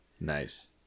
Nice